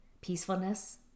peacefulness